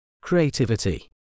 creativity